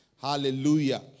Hallelujah